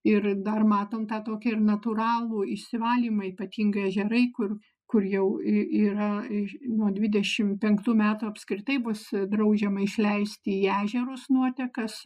ir dar matom tą tokį ir natūralų išsivalymą ypatingai ežerai kur kur jau y yra i nuo dvidešim penktų metų apskritai bus draudžiama išleisti į ežerus nuotekas